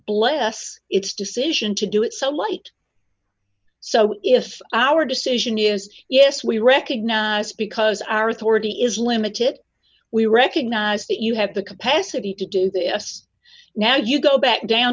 bless its decision to do it so light so if our decision is yes we recognize because our authority is limited we recognize that you have the capacity to do that yes now you go back down